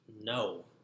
no